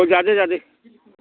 जादो जादो